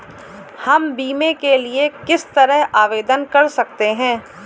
हम बीमे के लिए किस तरह आवेदन कर सकते हैं?